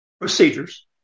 procedures